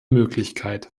möglichkeit